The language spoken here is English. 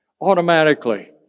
automatically